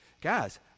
Guys